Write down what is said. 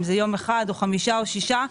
אם זה יום אחד או חמישה או שישה,